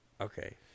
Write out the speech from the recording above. Okay